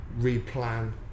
replan